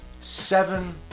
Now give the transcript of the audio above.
seven